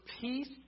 peace